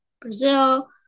Brazil